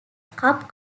cup